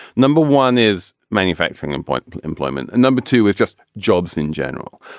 number one is manufacturing employment employment number two is just jobs in general.